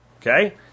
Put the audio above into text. Okay